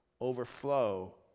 overflow